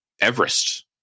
Everest